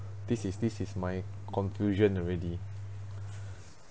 this is this is my conclusion already